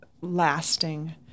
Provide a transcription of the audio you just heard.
lasting